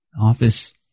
office